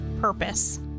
purpose